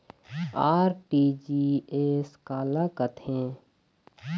RTGS काला कथें?